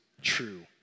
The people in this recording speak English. true